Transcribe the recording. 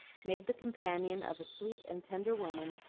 made the companion of a sweet and tender woman,